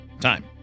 Time